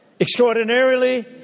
extraordinarily